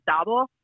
double